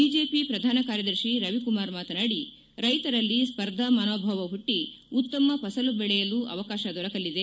BJP ಪ್ರಧಾನ ಕಾರ್ಯದರ್ಶಿ ರವಿಕುಮಾರ್ ಮಾತನಾಡಿ ರೈತರಲ್ಲಿ ಸ್ವರ್ಧಾ ಮನೋಭಾವ ಹುಟ್ಟ ಉತ್ತಮ ಪಸಲು ಬೆಳೆಯಲು ಅವಕಾಶ ದೊರಕಲಿದೆ